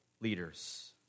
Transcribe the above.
leaders